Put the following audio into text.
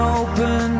open